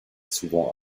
souvent